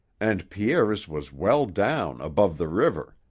and pierre's was well down, above the river.